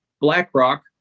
BlackRock